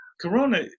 Corona